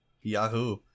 Yahoo